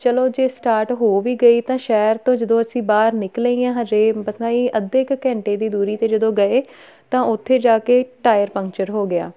ਚਲੋ ਜੇ ਸਟਾਰਟ ਹੋ ਵੀ ਗਈ ਤਾਂ ਸ਼ਹਿਰ ਤੋਂ ਜਦੋਂ ਅਸੀਂ ਬਾਹਰ ਨਿਕਲੇ ਹੀ ਹਾਂ ਹਜੇ ਬਸ ਐਂ ਹੀ ਅੱਧੇ ਕੁ ਘੰਟੇ ਦੀ ਦੂਰੀ 'ਤੇ ਜਦੋਂ ਗਏ ਤਾਂ ਉੱਥੇ ਜਾ ਕੇ ਟਾਇਰ ਪੰਕਚਰ ਹੋ ਗਿਆ